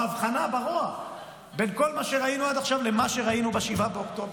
הבחנה ברוע בין כל מה שראינו עד עכשיו למה שראינו ב-7 באוקטובר.